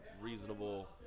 Reasonable